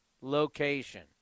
location